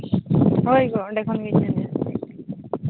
ᱦᱳᱭ ᱜᱚ ᱚᱸᱰᱮ ᱠᱷᱚᱱᱜᱤᱧ ᱢᱮᱱᱮᱫᱼᱟ